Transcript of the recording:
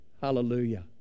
Hallelujah